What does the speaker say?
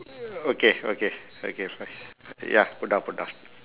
okay okay okay bye ya put down put down